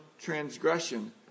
transgression